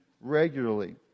regularly